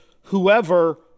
whoever